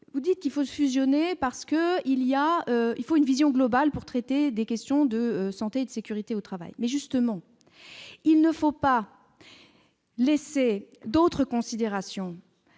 vous dites qu'il faut fusionner parce que il y a, il faut une vision globale pour traiter des questions de santé et de sécurité au travail mais justement il ne faut pas laisser d'autres considérations